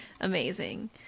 amazing